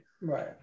Right